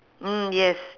mm yes